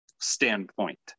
standpoint